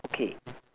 okay